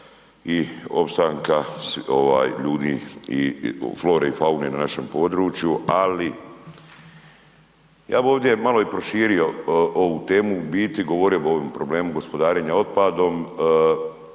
i opstanka ljudi i flore i faune na našem području ali ja bi ovdje malo i proširio vu temu, u biti govorio bi o ovom gospodarenja otpadom,